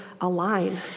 align